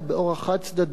באורח חד-צדדי,